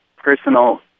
personal